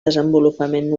desenvolupament